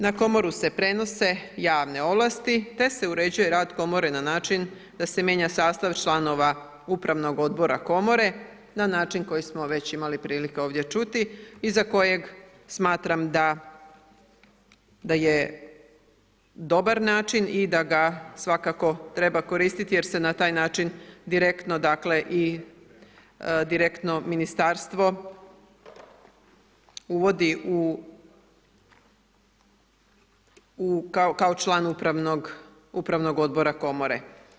Na komoru se prenose javne ovlasti, te se uređuje rad komore, na način da se mijenja sastav članova upravnog odbora komore, na način koji smo već imali prilike ovdje čuti, iza kojeg smatram da je dobar način i da ga svakako treba koristiti, jer se na taj način direktno dakle, i direktno ministarstvo uvodi u kao član upravnog odbora komore.